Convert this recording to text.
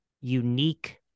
unique